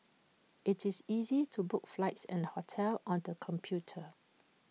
IT is easy to book flights and hotels on the computer